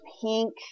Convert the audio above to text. pink